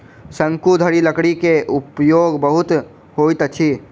शंकुधारी लकड़ी के उपयोग बहुत होइत अछि